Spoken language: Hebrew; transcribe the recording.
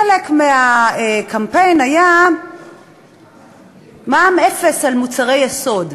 חלק מהקמפיין היה מע"מ אפס על מוצרי יסוד.